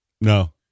No